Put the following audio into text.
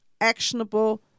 actionable